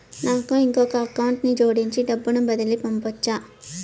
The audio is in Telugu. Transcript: నాకు ఇంకొక అకౌంట్ ని జోడించి డబ్బును బదిలీ పంపొచ్చా?